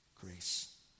grace